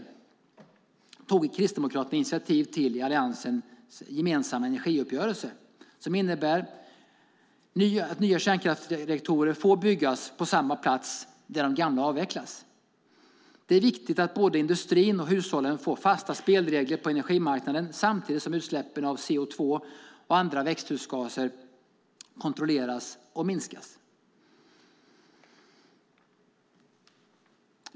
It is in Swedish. Den tog Kristdemokraterna initiativ till i Alliansens gemensamma energiuppgörelse, som innebär att nya kärnkraftsreaktorer får byggas på samma plats där de gamla avvecklas. Det är viktigt att både industrin och hushållen får fasta spelregler på energimarknaden samtidigt som utsläppen av CO2 och andra växthusgaser kontrolleras och minskas.